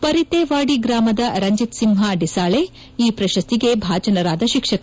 ಪರಿತೇವಾದಿ ಗ್ರಾಮದ ರಂಜಿತ್ ಸಿಂಹ ಡಿಸಾಳಿ ಈ ಪ್ರಶಸ್ತಿಗೆ ಭಾಜನರಾದ ಶಿಕ್ಷಕ